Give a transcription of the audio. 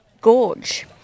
Gorge